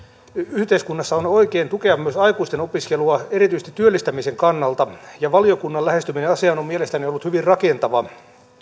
yhteiskunnassa on oikein tukea myös aikuisten opiskelua erityisesti työllistämisen kannalta ja valiokunnan lähestyminen asiassa on mielestäni ollut hyvin rakentavaa